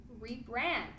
rebrand